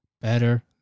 better